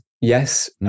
yes